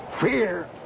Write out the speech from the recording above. Fear